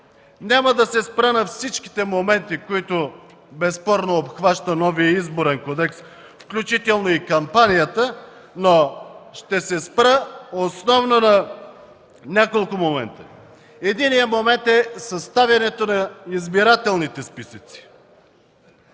Няма да се спра на всички моменти, които безспорно обхваща новият Изборен кодекс, включително и кампанията, но ще се спра основно на няколко момента. Единият момент е съставянето на избирателните списъци.